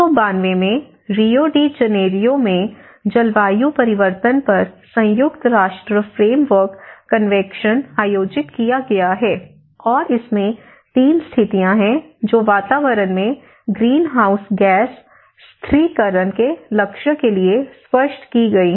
1992 में Rio de Janeiro में जलवायु परिवर्तन पर संयुक्त राष्ट्र फ्रेमवर्क कन्वेंशन आयोजित किया गया है और इसमें 3 स्थितियां हैं जो वातावरण में ग्रीनहाउस गैस स्थिरीकरण के लक्ष्य के लिए स्पष्ट की गई हैं